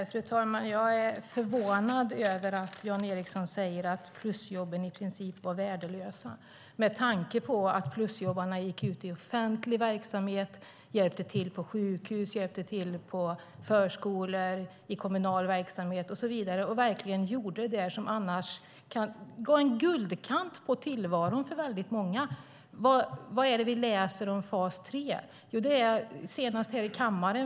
Fru talman! Jag är förvånad över att Jan Ericson säger att plusjobben i princip var värdelösa med tanke på att plusjobbarna gick ut i offentlig verksamhet och hjälpte till på sjukhus, förskolor, kommunal verksamhet och så vidare och gjorde sådant som gav många en guldkant på tillvaron. Vad kan vi läsa om fas 3?